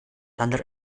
thunder